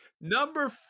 Number